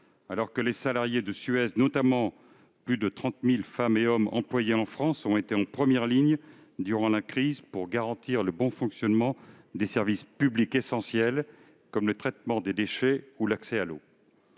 alors que les salariés de Suez, notamment plus de 30 000 femmes et hommes employés en France, ont été en première ligne durant la crise pour garantir le bon fonctionnement des services publics essentiels, comme le traitement des déchets ou l'accès à l'eau.